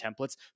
templates